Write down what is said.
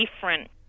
different